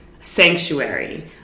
sanctuary